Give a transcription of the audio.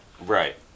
Right